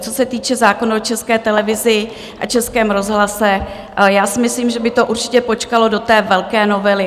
Co se týče zákona o České televizi a Českém rozhlase, si myslím, že by to určitě počkalo do té velké novely.